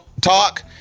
talk